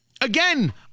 Again